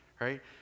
right